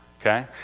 okay